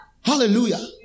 Hallelujah